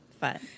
Fun